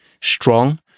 strong